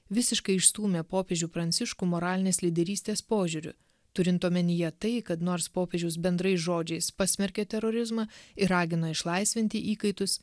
visiškai išstūmė popiežių pranciškų moralinės lyderystės požiūriu turint omenyje tai kad nors popiežius bendrais žodžiais pasmerkė terorizmą ir ragino išlaisvinti įkaitus